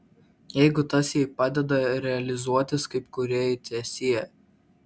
jeigu tas jai padeda realizuotis kaip kūrėjai teesie